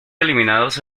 eliminados